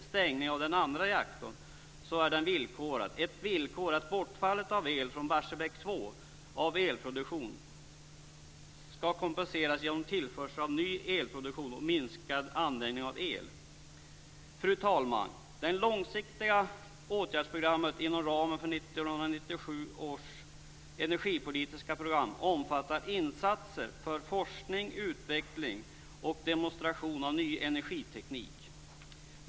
Stängning av den andra reaktorn är villkorad. Ett villkor är att bortfallet av elproduktion från Fru talman! Det långsiktiga åtgärdsprogrammet inom ramen för 1997 års energipolitiska program omfattar insatser för forskning, utveckling och demonstration av ny energiteknik.